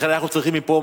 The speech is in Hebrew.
לכן אנחנו צריכים מפה,